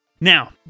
now